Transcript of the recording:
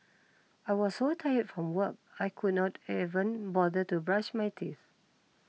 I was so tired from work I could not even bother to brush my teeth